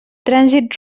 trànsit